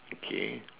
okay